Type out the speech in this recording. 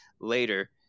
later